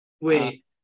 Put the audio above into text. wait